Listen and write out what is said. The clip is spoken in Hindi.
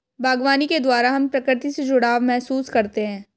बागवानी के द्वारा हम प्रकृति से जुड़ाव महसूस करते हैं